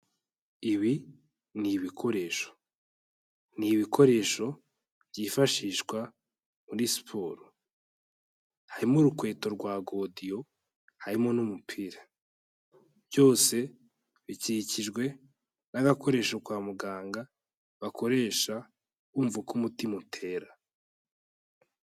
Ibi ni ibikoresho, ni ibikoresho byifashishwa muri siporo, harimo urukweto rwa godiyo harimo n'umupira, byose bikikijwe n'agakoresho kwa muganga bakoresha bumva uko umutima utera.